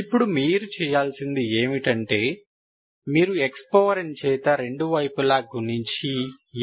ఇప్పుడు మీరు చెయ్యాల్సింది ఏమిటంటే మీరు xn చేత రెండు వైపులా గుణించి